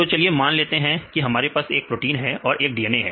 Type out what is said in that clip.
तो चलो मान लीजिए हमारे पास एक प्रोटीन है और एक DNA है